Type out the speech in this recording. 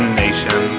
nation